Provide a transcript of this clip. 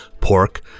pork